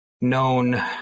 known